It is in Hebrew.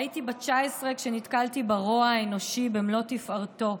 הייתי בת 19 כשנתקלתי ברוע האנושי במלוא תפארתו,